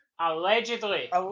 allegedly